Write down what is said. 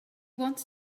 wants